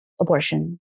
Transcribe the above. abortion